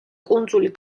კუნძული